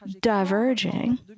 diverging